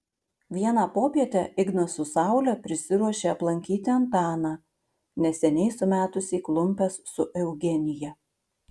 vieną popietę ignas su saule prisiruošė aplankyti antaną neseniai sumetusį klumpes su eugenija